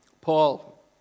Paul